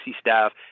staff